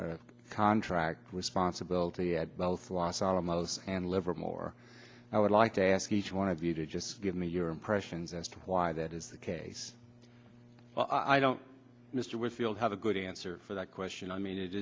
contract responsibility at both los alamos and livermore i would like to ask each one of you to just give me your impressions as to why that is the case i don't mr wickfield have a good answer for that question i mean it